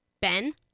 Ben